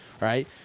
right